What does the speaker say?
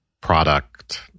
product